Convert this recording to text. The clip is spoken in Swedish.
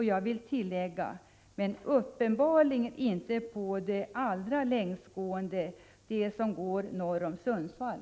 — Jag vill tillägga, att detta uppenbarligen inte gäller på de tåg som går allra längst, på de tåg som går norr om Sundsvall.